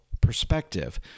perspective